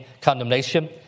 condemnation